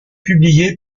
publié